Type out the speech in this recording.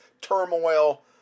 turmoil